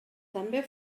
també